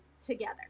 together